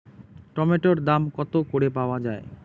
টমেটোর দাম কত করে পাওয়া যায়?